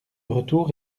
retour